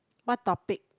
what topic